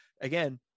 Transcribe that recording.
again